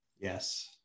Yes